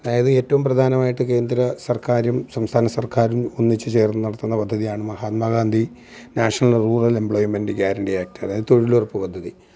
അതായത് ഏറ്റവും പ്രധാനമായിട്ട് കേന്ദ്ര സര്ക്കാരും സംസ്ഥാന സര്ക്കാരും ഒന്നിച്ചു ചേര്ന്ന് നടത്തുന്ന പദ്ധതിയാണ് Mahatma Gandhi national rural employment guarantee act അതായത് തൊഴിലുറപ്പ് പദ്ധതി